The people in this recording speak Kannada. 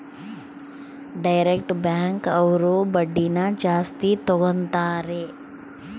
ಡೈರೆಕ್ಟ್ ಬ್ಯಾಂಕ್ ಅವ್ರು ಬಡ್ಡಿನ ಜಾಸ್ತಿ ತಗೋತಾರೆ